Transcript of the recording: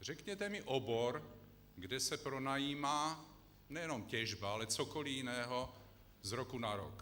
Řekněte mi obor, kde se pronajímá nejenom těžba, ale i cokoli jiného z roku na rok.